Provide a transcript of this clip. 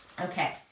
Okay